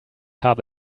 habe